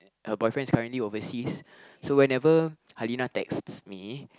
her boyfriend is currently overseas so whenever Halinah texts me